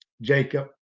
jacob